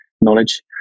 knowledge